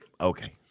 okay